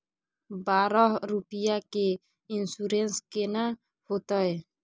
बारह रुपिया के इन्सुरेंस केना होतै?